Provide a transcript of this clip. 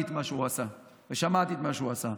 את מה שהוא עשה ושמעתי את מה שהוא עשה.